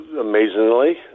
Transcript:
amazingly